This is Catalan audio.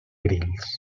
grills